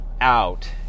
out